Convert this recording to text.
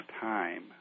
time